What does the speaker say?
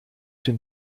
dem